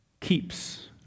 keeps